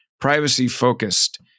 privacy-focused